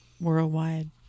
worldwide